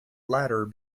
latter